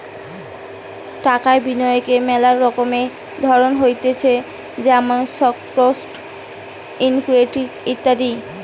টাকা বিনিয়োগের মেলা রকমের ধরণ হতিছে যেমন স্টকস, ইকুইটি ইত্যাদি